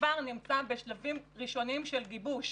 כבר נמצא בשלבים ראשוניים של גיבוש,